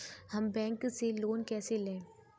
हम बैंक से लोन कैसे लें?